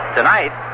Tonight